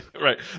right